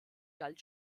galt